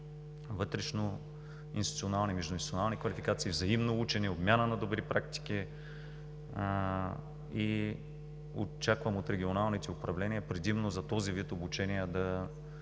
вътрешноинституционални, междуинституционални квалификации, взаимно учене, обмяна на добри практики. Очаквам от регионалните управления, предимно за този вид обучения, да